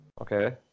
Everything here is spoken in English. Okay